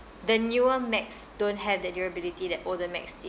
the newer macs don't have that durability that older macs did